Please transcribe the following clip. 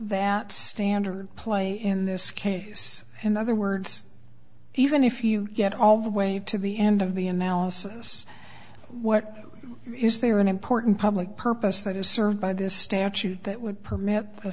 that standard play in this case in other words even if you get all the way to the end of the a mouse us what is there an important public purpose that is served by this statute that would permit a